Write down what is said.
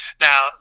Now